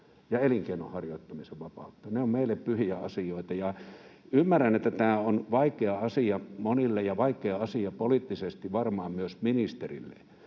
ja elinkeinonharjoittamisen vapautta. Ne ovat meille pyhiä asioita. Ymmärrän, että tämä on vaikea asia monille ja vaikea asia poliittisesti varmaan myös ministerille.